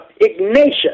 Ignatius